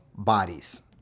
bodies